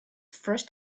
first